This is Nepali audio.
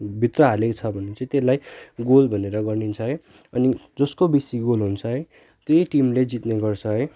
भित्र हालेको छ भने चाहिँ त्यसलाई गोल भनेर गनिन्छ है अनि जसको बेसी गोल हुन्छ है त्यही टिमले जित्ने गर्छ है